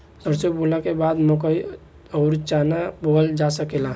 सरसों बोअला के बाद मकई अउर चना बोअल जा सकेला